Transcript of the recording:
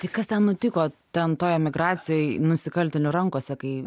tai kas ten nutiko ten toj emigracijoj nusikaltėlių rankose kai